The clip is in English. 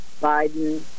Biden